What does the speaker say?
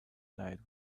died